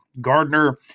Gardner